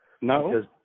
No